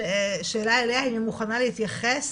שאלה אליה, אם היא מוכנה להתייחס